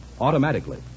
Automatically